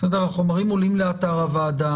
החומרים עולים לאתר הוועדה,